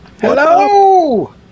Hello